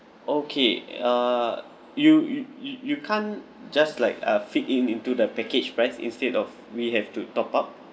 okay uh you you you you can't just like uh fit in into the package price instead of we have to top up